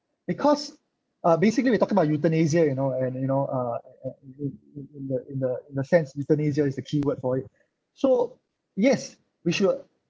because uh basically we talking about euthanasia you know and you know uh in the in the in the sense euthanasia is the key word for it so yes we should